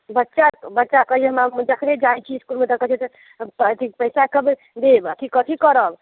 बच्चा बच्चा कहैया मम्मी जखने जाइत छी इसकुलमे तऽ कहैत छथि सर कहैत छै पैसा कब देब अथी कथी करब